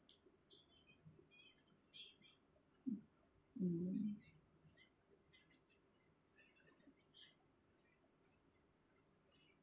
mm mm